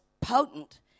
potent